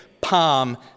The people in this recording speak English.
Palm